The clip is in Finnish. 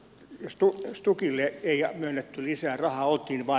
jos tuo stukille ei myönnetty lisää rahaa